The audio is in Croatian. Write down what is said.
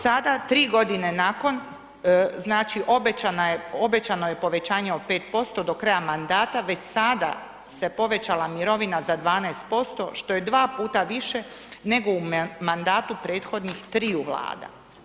Sada, 3 godine nakon, znači obećana je, obećano je povećanje od 5% do kraja mandata, već sada se povećala mirovina za 12%, što je 2 puta više nego u mandatu prethodnih triju vlada.